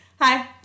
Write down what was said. Hi